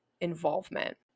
involvement